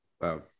Wow